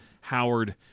Howard